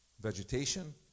vegetation